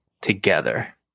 together